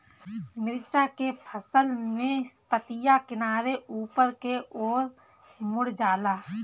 मिरचा के फसल में पतिया किनारे ऊपर के ओर मुड़ जाला?